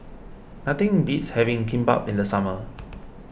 nothing beats having Kimbap in the summer